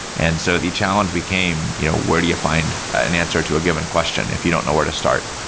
and so the challenge became you know where do you find an answer to a given question if you don't know where to start.